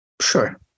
Sure